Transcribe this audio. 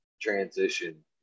transition